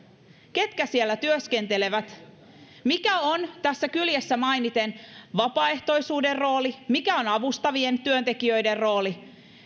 ketkä siellä työskentelevät mikä on tässä kyljessä mainiten vapaaehtoisuuden rooli mikä on avustavien työntekijöiden rooli